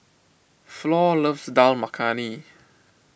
Flor loves Dal Makhani